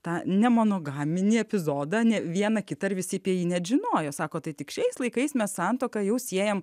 tą ne monogaminį epizodą ne vieną kitą ir visi apie jį net žinojo sako tai tik šiais laikais mes santuoką jau siejam